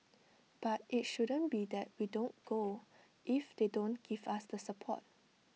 but IT shouldn't be that we don't go if they don't give us the support